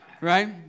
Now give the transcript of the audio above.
right